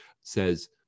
says